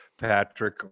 Patrick